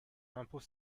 l’impôt